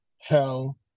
hell